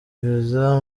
visa